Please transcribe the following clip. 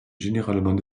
généralement